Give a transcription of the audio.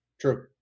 True